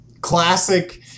classic